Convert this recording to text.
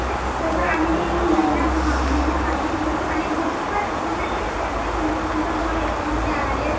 ठीक आहे तसं आम्ही महिन्या हां महिन्या बांधून देऊन आणि बुक्स पण इथूनच देते युनिफॉर्म पण तुम्हाला इथूनच घ्यावं लागेल